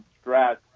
stress